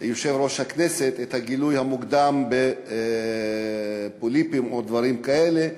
פה יושב-ראש הכנסת את הגילוי המוקדם של פוליפים או דברים כאלה,